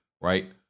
right